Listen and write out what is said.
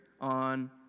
on